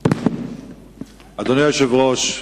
אדוני היושב-ראש,